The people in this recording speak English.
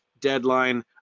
deadline